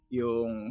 yung